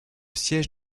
siège